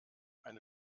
eine